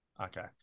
Okay